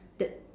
that